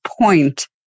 point